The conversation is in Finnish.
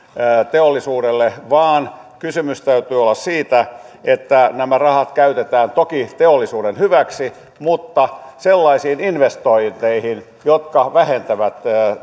teollisuudelle vaan kysymys täytyy olla siitä että nämä rahat käytetään toki teollisuuden hyväksi mutta sellaisiin investointeihin jotka vähentävät